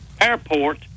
Airport